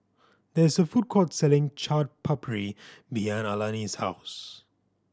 there is a food court selling Chaat Papri behind Alani's house